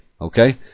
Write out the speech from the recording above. okay